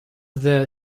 their